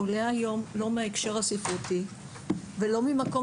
עולה היום לא מההקשר הספרותי ולא ממקום